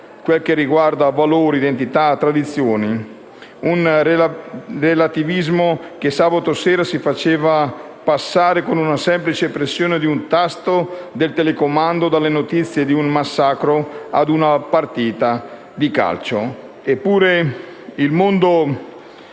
quanto riguarda valori, identità e tradizioni. Un relativismo che sabato sera ci faceva passare con una semplice pressione di un tasto del telecomando, dalle notizie di un massacro ad una partita di calcio. Eppure il mondo